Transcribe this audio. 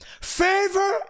Favor